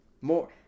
More